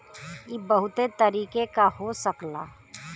इ बहुते तरीके क हो सकला